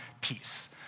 peace